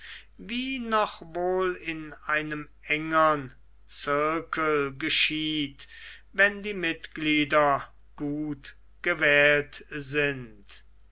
wie noch wohl in einem engern zirkel geschieht wenn die mitglieder gut gewählt sind